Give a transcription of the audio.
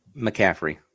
McCaffrey